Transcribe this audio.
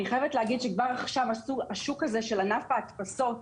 אני חייבת לומר שכבר עכשיו השוק הזה של ענף ההדפסות